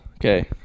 Okay